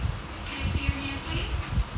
and twenty or twenty five per tamil part